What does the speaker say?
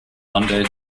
monday